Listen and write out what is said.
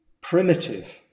primitive